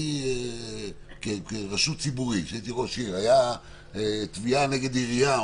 אני כרשות ציבורית כשהייתי ראש עיר והייתה תביעה נגד העירייה,